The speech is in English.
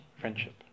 friendship